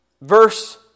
verse